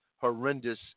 horrendous